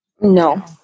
No